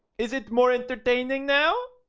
is it more entertaining now?